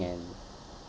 an